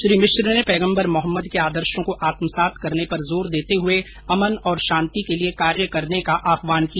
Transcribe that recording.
श्री मिश्र ने पैगम्बर मोहम्मद के आदर्शों को आत्मसात करने पर जोर देते हए अमन और शांति के लिए कार्य करने का आहवान किया